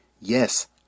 Yes